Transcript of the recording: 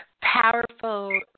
powerful